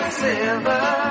silver